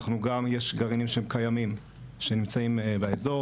יש גם גרעינים שקיימים שנמצאים באזור,